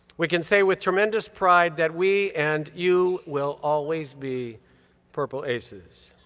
we can say with tremendous pride that we and you will always be purple aces.